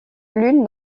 l’une